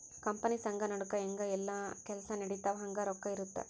company ಸಂಘ ನಡುಕ ಹೆಂಗ ಯೆಲ್ಲ ಕೆಲ್ಸ ನಡಿತವ ಹಂಗ ರೊಕ್ಕ ಇರುತ್ತ